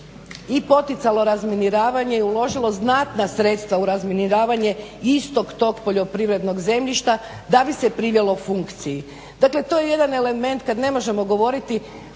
i poticalo razminiravanje i uložilo znatna sredstva u razminiravanje istog tog poljoprivrednog zemljišta da bi se privelo funkciji. Dakle to je jedan element kada ne možemo govoriti